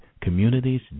communities